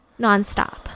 nonstop